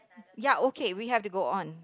ya okay we have to go on